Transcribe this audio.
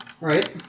right